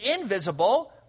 invisible